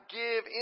give